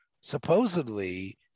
supposedly